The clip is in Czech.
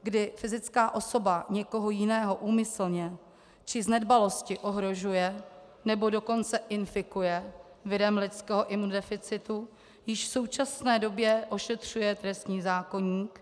Situaci, kdy fyzická osoba někoho jiného úmyslně či z nedbalosti ohrožuje, nebo dokonce infikuje virem lidského imunodeficitu, již současné době ošetřuje trestní zákoník.